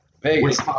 Vegas